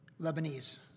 Lebanese